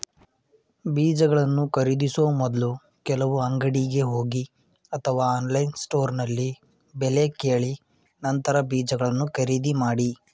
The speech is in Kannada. ಬೀಜಗಳನ್ನು ಖರೀದಿಸೋ ಮೊದ್ಲು ಕೆಲವು ಅಂಗಡಿಗೆ ಹೋಗಿ ಅಥವಾ ಆನ್ಲೈನ್ ಸ್ಟೋರ್ನಲ್ಲಿ ಬೆಲೆ ಕೇಳಿ ನಂತರ ಬೀಜಗಳನ್ನ ಖರೀದಿ ಮಾಡಿ